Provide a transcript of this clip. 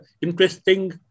interesting